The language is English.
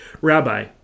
Rabbi